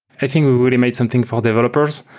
i think we really made something for developers.